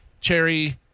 Cherry